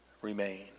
Remain